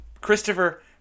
Christopher